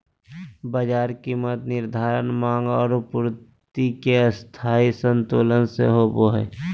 बाजार कीमत निर्धारण माँग और पूर्ति के स्थायी संतुलन से होबो हइ